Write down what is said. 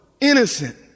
innocent